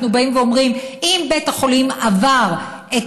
אנחנו באים ואומרים: אם בית החולים עבר את